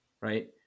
right